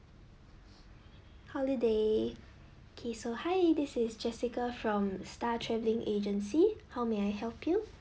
holiday okay so hi this is jessica from star travelling agency how may I help you